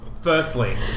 Firstly